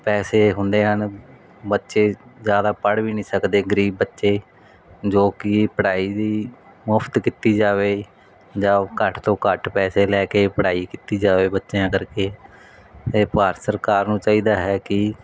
ਪੈਸੇ ਹੁੰਦੇ ਹਨ ਬੱਚੇ ਜਿਆਦਾ ਪੜ ਵੀ ਨਹੀਂ ਸਕਦੇ ਗਰੀਬ ਬੱਚੇ ਜੋ ਕੀ ਪੜ੍ਹਾਈ ਦੀ ਮੁਫਤ ਕੀਤੀ ਜਾਵੇ ਜਾਂ ਉਹ ਘੱਟ ਤੋਂ ਘੱਟ ਪੈਸੇ ਲੈ ਕੇ ਪੜ੍ਹਾਈ ਕੀਤੀ ਜਾਵੇ ਬੱਚਿਆਂ ਕਰਕੇ ਤੇ ਭਾਰਤ ਸਰਕਾਰ ਨੂੰ ਚਾਹੀਦਾ ਹੈ ਕੀ